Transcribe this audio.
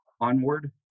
Onward